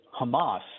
Hamas